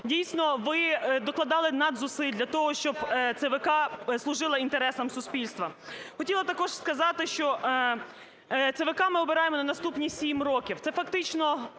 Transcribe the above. Дійсно, ви докладали надзусиль для того, щоб ЦВК служило інтересам суспільства. Хотіла також сказати, що ЦВК ми обираємо на наступні 7 років.